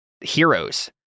heroes